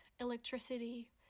electricity